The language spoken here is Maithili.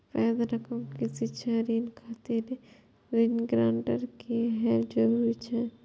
पैघ रकम के शिक्षा ऋण खातिर ऋण गारंटर के हैब जरूरी छै